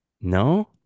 No